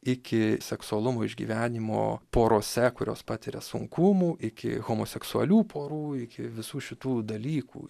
iki seksualumo išgyvenimo porose kurios patiria sunkumų iki homoseksualių porų iki visų šitų dalykų